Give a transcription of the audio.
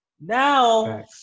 Now